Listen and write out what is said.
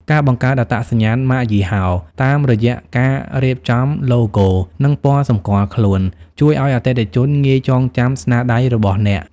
ការបង្កើតអត្តសញ្ញាណម៉ាកយីហោ តាមរយៈការរៀបចំឡូហ្គោ និងពណ៌សម្គាល់ខ្លួន ជួយឱ្យអតិថិជនងាយចងចាំស្នាដៃរបស់អ្នក។